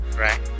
Right